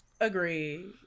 agree